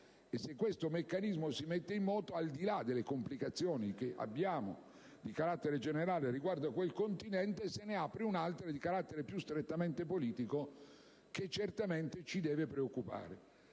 e se questo meccanismo si mette in moto, al di là delle complicazioni di carattere generale riguardo a quel continente, se ne apre un'altra di carattere più strettamente politico, che certamente ci deve preoccupare.